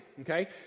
Okay